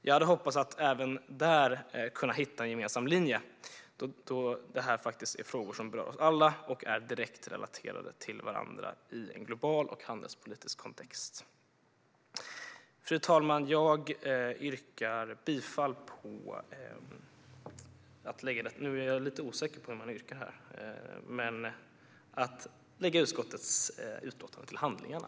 Jag hade hoppats att även där kunna hitta en gemensam linje, eftersom det här faktiskt är frågor som berör oss alla och är direktrelaterade till varandra i en global och handelspolitisk kontext. Fru talman! Jag yrkar bifall till utskottets förslag om att lägga utlåtandet till handlingarna.